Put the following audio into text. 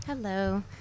Hello